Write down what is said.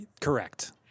Correct